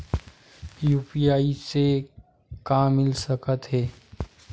UPI से का मिल सकत हे?